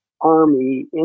army